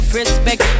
respect